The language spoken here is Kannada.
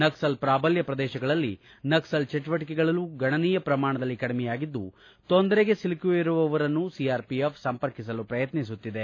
ನಕ್ಸಲ್ ಪೂಬಲ್ಲ ಪ್ರದೇಶಗಳಲ್ಲಿ ನಕ್ಸಲ್ ಚಟುವಟಕೆಗಳು ಗಣನೀಯ ಪ್ರಮಾಣದಲ್ಲಿ ಕಡಿಮೆಯಾಗಿದ್ದು ತೊಂದರೆಗೆ ಸಿಲುಕಿರುವವರನ್ನು ಸಿಆರ್ಪಿಎಫ್ ಸಂಪರ್ಕಿಸಲು ಪ್ರಯತ್ನಿಸುತ್ತಿದೆ